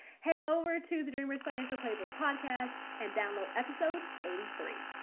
head over to the dreamers financial playbook podcast and download episode eighty three.